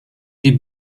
die